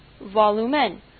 volumen